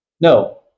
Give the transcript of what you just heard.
No